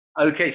okay